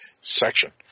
section